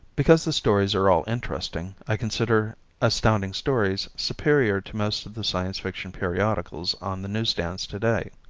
because the stories are all interesting. i consider astounding stories superior to most of the science fiction periodicals on the newsstands to-day.